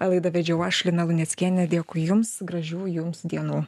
laidą vedžiau aš lina luneckienė dėkui jums gražių jums dienų